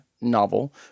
novel